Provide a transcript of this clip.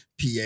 PA